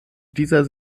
dieser